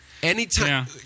Anytime